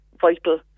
vital